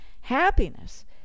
happiness